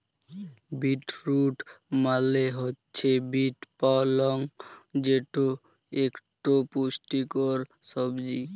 beet root মালে হছে beet পালং যেট ইকট পুষ্টিকর সবজি